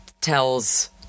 tells